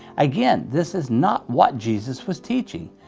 again, this is not what jesus was teaching,